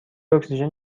اکسیژن